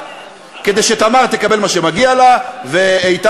כדי שתמר תקבל את מה שמגיע לה ואיתן,